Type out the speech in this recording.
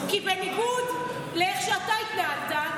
כי בניגוד לאיך שאתה התנהגת,